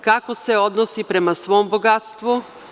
Kako se odnosi prema svom bogatstvu?